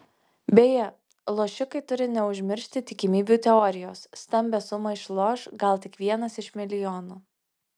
beje lošikai turi neužmiršti tikimybių teorijos stambią sumą išloš gal tik vienas iš milijono